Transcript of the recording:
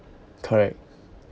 correct